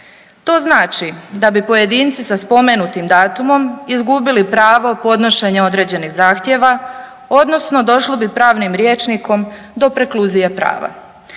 To znači da bi pojedinci sa spomenutim datumom izgubili pravo podnošenja određenih zahtjeva odnosno došlo bi pravnim rječnikom do prekluzije prava.